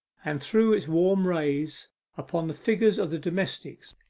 and threw its warm rays upon the figures of the domestics,